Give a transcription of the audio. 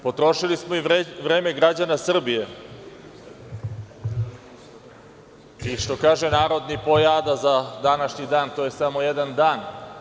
Potrošili smo i vreme građana Srbije i, što kaže narod – ni po jada za današnji dan, to je samo jedan dan.